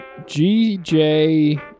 GJ